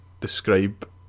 describe